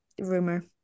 rumor